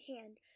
hand